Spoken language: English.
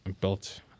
built